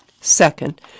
Second